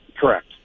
Correct